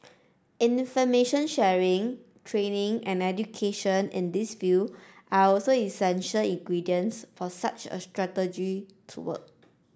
information sharing training and education in this field are also essential ingredients for such a strategy to work